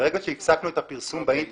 ברגע שהפסקנו את הפרסום באינטרנט,